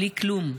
בלי כלום.